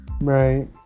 Right